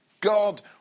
God